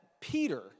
Peter